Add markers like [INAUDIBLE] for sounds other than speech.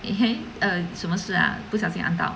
[LAUGHS] 哦什么事啊不小心按到